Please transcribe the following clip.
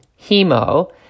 hemo